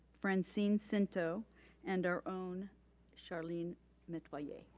francine scinto and our own charlene metoyer. yeah